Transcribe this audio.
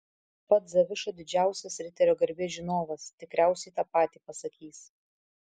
pats zaviša didžiausias riterio garbės žinovas tikriausiai tą patį pasakys